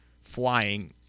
flying